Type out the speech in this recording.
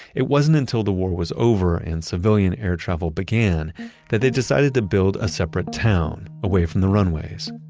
it wasn't until the war was over and civilian air travel began that they decided to build a separate town, away from the runways